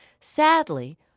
Sadly